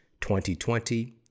2020